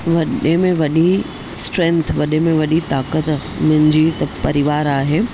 वॾे में वॾी स्ट्रैंथ वॾे में वॾी ताक़त मुंहिंजी त परिवार आहे